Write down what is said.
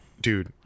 dude